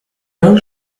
all